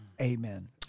Amen